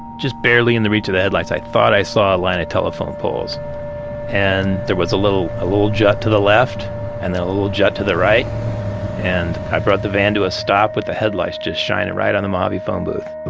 just barely in the reach of the headlights, i thought i saw a line of telephone poles and there was a little a little jut to the left and then a a little jut to the right and i brought the van to a stop with the headlights, just shine it right on the mojave phone booth.